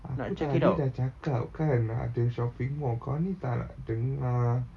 aku tadi dah cakap kan ada shopping mall kau ni tak nak dengar